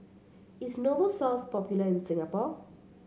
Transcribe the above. is Novosource popular in Singapore